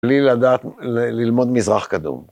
בלי ללמוד מזרח קדום.